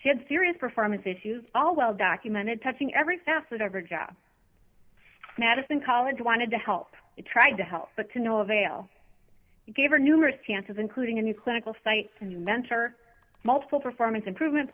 she had serious performance issues all well documented touching every facet every job madison college wanted to help it tried to help but to no avail gave her numerous chances including a new clinical sites a new mentor multiple performance improvement